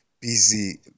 busy